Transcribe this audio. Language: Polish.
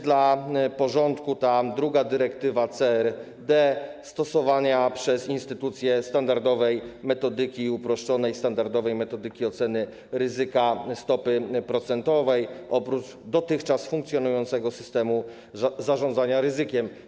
Dla porządku, w przypadku drugiej dyrektywy CRD, chodzi o stosowanie przez instytucje standardowej metodyki i uproszczonej standardowej metodyki oceny ryzyka stopy procentowej oprócz dotychczas funkcjonującego systemu zarządzania ryzykiem.